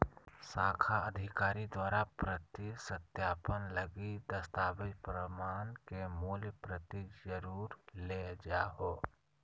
शाखा अधिकारी द्वारा प्रति सत्यापन लगी दस्तावेज़ प्रमाण के मूल प्रति जरुर ले जाहो